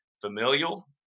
familial